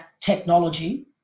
technology